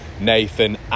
Nathan